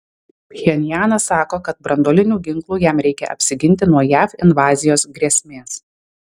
pchenjanas sako kad branduolinių ginklų jam reikia apsiginti nuo jav invazijos grėsmės